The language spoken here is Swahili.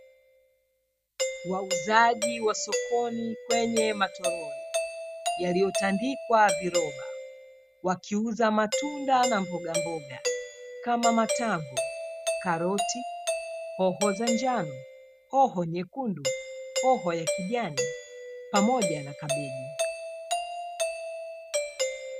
Wauzaji wa sokoni kwenye matoroli yaliyotandikwa viroba wakiuza matunda na mbogamboga kama matango, karoti, hoho za njano, hoho nyekundu, hoho ya kijani pamoja na kabeji.